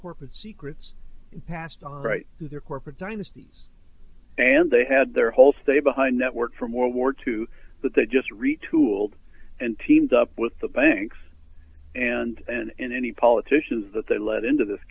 corporate secrets past right their corporate dynasties and they had their whole stay behind network from world war two but they just retooled and teamed up with the banks and in any politicians that they let into this